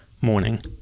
morning